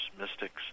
mystics